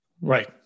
right